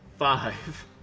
Five